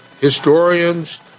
historians